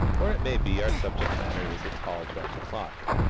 or it may be our subject matter is a tall dutch clock.